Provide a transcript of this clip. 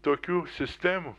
tokių sistemų